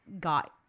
got